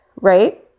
right